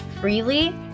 freely